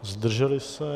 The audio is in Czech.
Zdrželi se?